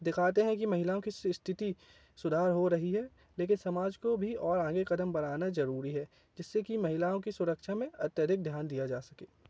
दिखाते है कि महिलाओं कि स्थिति सुधार हो रही है लेकिन समाज को भी और आगे कदम बढ़ाना जरूरी है जिससे कि महिलाओं कि सुरक्षा में अत्यधिक ध्यान दिया जा सके